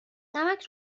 نمک